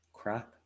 crap